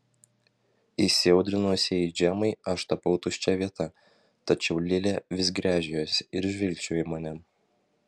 įsiaudrinusiai džemai aš tapau tuščia vieta tačiau lilė vis gręžiojosi ir žvilgčiojo į mane